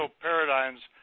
paradigms